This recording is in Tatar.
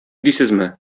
дисезме